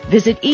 Visit